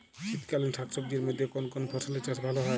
শীতকালীন শাকসবজির মধ্যে কোন কোন ফসলের চাষ ভালো হয়?